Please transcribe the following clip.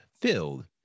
filled